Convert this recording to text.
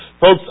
folks